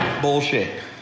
Bullshit